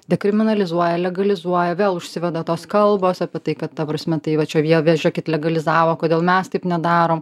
dekriminalizuoja legalizuoja vėl užsiveda tos kalbos apie tai kad ta prasme tai va čia jie vėl žėkit legalizavo kodėl mes taip nedarom